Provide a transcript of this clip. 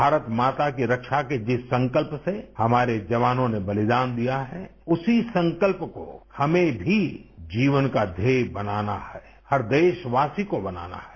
भारत माता की रक्षा के जिस संकल्प से हमारे जवानों ने बलिदान दिया है उसी संकल्प को हमें भी जीवन का ध्येय बनाना है हर देशवासी को बनाना है